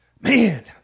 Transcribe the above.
Man